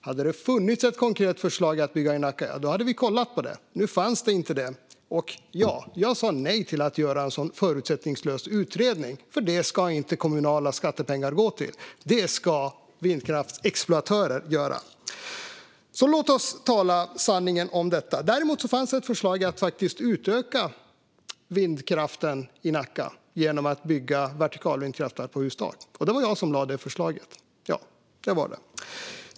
Hade det funnits ett konkret förslag om att bygga i Nacka hade vi kollat på det. Nu fanns det inget sådant. Ja, jag sa nej till att göra en sådan förutsättningslös utredning, för det ska inte kommunala skattepengar gå till. Detta ska vindkraftsexploatörer göra. Så låt oss tala sanning om detta! Däremot fanns ett förslag om att utöka vindkraften i Nacka genom att bygga vertikalvindkraftverk på hustak. Det var jag som lade fram det förslaget.